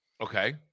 Okay